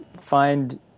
find